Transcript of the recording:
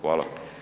Hvala.